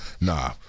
nah